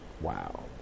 Wow